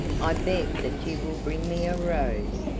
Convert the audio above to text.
i beg that you will bring me a rose.